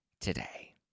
today